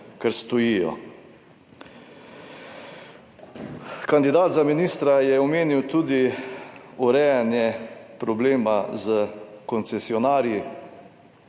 kar stojijo. Kandidat za ministra je omenil tudi urejanje problema s koncesionarji.